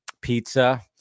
pizza